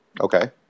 Okay